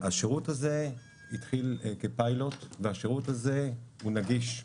השירות הזה התחיל כפיילוט והשירות הזה נגיש.